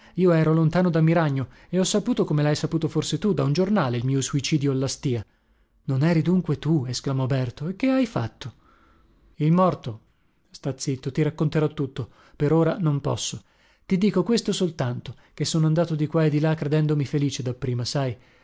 io ero lontano da miragno e ho saputo come lhai saputo forse tu da un giornale il mio suicidio alla stìa non eri dunque tu esclamò berto e che hai fatto il morto sta zitto ti racconterò tutto per ora non posso ti dico questo soltanto che sono andato di qua e di là credendomi felice dapprima sai